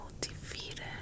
defeated